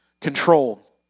control